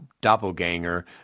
doppelganger